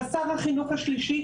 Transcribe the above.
לשר החינוך השלישי,